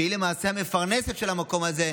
שהיא למעשה המפרנסת של המקום הזה,